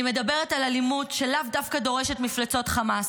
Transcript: אני מדברת על אלימות שלאו דווקא דורשת מפלצות חמאס,